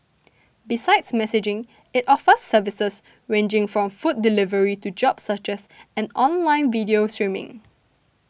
besides messaging it offers services ranging from food delivery to job searches and online video streaming